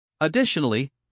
Additionally